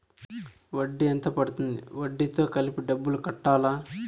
వడ్డీ ఎంత పడ్తుంది? వడ్డీ తో కలిపి డబ్బులు కట్టాలా?